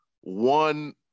one